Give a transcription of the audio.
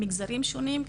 במגזרים שונים,